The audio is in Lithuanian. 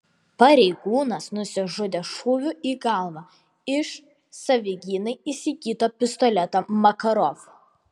pareigūnas nusižudė šūviu į galvą iš savigynai įsigyto pistoleto makarov